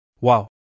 Wow